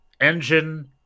engine